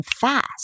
fast